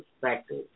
perspective